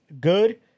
good